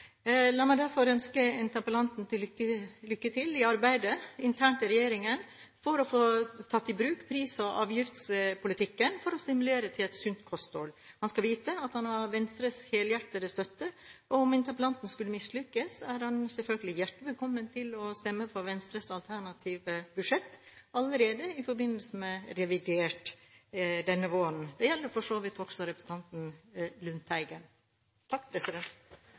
La meg derfor ønske interpellanten lykke til i arbeidet internt i regjeringen for å få tatt i bruk pris- og avgiftspolitikken for å stimulere til et sunt kosthold. Han skal vite at han har Venstres helhjertede støtte. Om interpellanten skulle mislykkes, er han selvfølgelig hjertelig velkommen til å stemme for Venstres alternative budsjett allerede i forbindelse med revidert budsjett denne våren. Dette gjelder for så vidt også representanten Lundteigen.